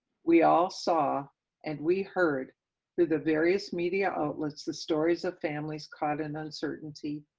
we all saw and we heard through the various media outlets, the stories of families, kind of and uncertainty.